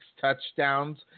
touchdowns